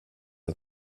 att